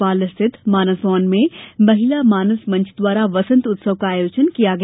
भोपाल स्थित मानस भवन में महिला मानस मंच द्वारा बसंत उत्सव का आयोजन किया गया